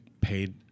paid